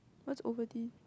what's Ovaltine